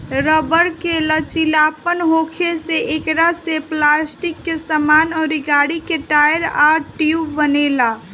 rubber में लचीलापन होखे से एकरा से पलास्टिक के सामान अउर गाड़ी के टायर आ ट्यूब बनेला